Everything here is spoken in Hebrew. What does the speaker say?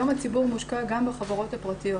היום הציבור מושקע גם בחברות הפרטיות.